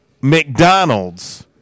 McDonald's